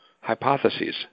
hypotheses